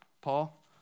Paul